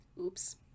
Oops